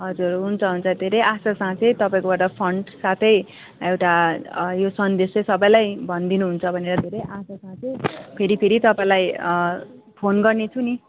हजुर हुन्छ हुन्छ धेरै आशा साँचे है तपाईँकोबाट फन्ड साथै एउटा यो सन्देश चाहिँ सबैलाई भनिदिनु हुन्छ भनेर धेरै आशा साँचे फेरि फेरि तपाईँलाई फोन गर्नेछु नि